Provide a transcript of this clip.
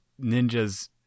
ninjas